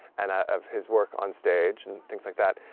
and of his work on stage and and things like that,